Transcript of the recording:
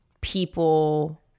people